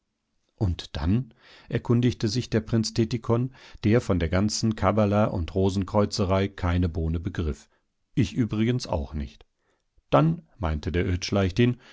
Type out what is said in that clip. und dann erkundigte sich der prinz tettikon der von der ganzen kabbala und rosenkreuzerei keine bohne begriff ich übrigens auch nicht dann meinte der